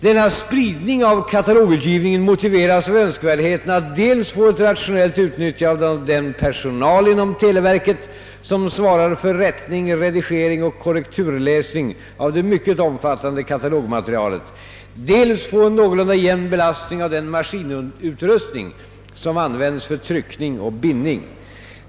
Denna spridning av katalogutgivningen motiveras av önskvärdheten att dels få ett rationellt utnyttjande av den personal inom televerket, som svarar för rättning, redigering och korrekturläsning av det mycket omfattande katalogmaterialet, dels få en någorlunda jämn belastning av den maskinutrustning som används för tryckning och bindning.